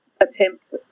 Attempt